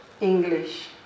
English